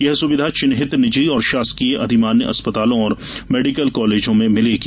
यह सुविधा चिहिन्त निजी और शासकीय अधिमान्य अस्पतालों और मेडिकल कालेजों में मिलेगी